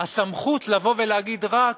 הסמכות לבוא ולהגיד רק: